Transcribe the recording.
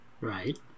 right